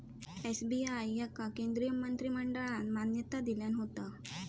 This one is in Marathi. एस.बी.आय याका केंद्रीय मंत्रिमंडळान मान्यता दिल्यान होता